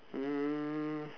um